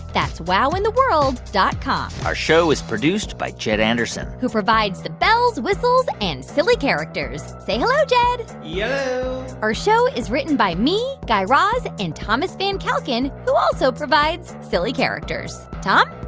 that's wowintheworld dot com our show is produced by jed anderson who provides the bells, whistles and silly characters. say hello, jed yello yeah our show is written by me, guy raz and thomas van kalken, who also provides silly characters. tom?